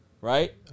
Right